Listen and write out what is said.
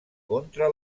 contra